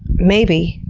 maybe,